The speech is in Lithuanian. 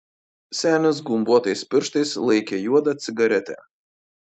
senis gumbuotais pirštais laikė juodą cigaretę